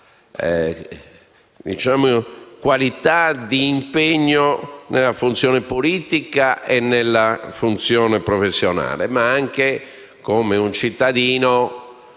qualità di impegno nella funzione politica e nella funzione professionale, ma anche come un cittadino